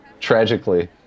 Tragically